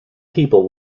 people